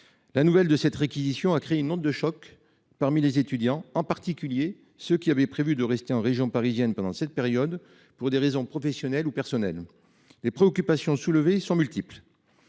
La nouvelle de cette réquisition a créé une onde de choc parmi les étudiants, en particulier ceux qui avaient prévu de rester en région parisienne pendant cette période pour des raisons professionnelles ou personnelles. Les préoccupations soulevées sont multiples.